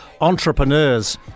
entrepreneurs